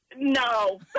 No